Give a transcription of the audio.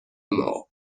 more